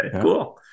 cool